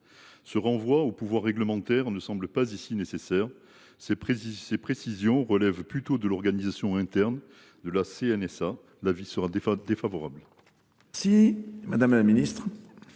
Ce renvoi au pouvoir réglementaire ne semble pas nécessaire, ces précisions relevant plutôt de l’organisation interne de la CNSA. Par conséquent, la